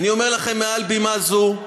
אני אומר לכם מעל בימה זו: